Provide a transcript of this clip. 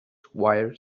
wire